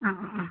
ആ ആ ആ